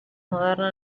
moderna